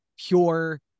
pure